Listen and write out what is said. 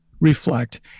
reflect